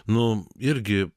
nu irgi